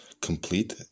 complete